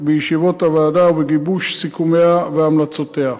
בישיבות הוועדה ובגיבוש סיכומיה והמלצותיה.